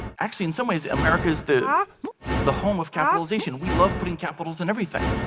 actually, in some ways, america's the the home of capitalization. we love putting capitals in everything.